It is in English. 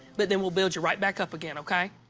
but then we'll build you right back up again, okay.